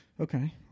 Okay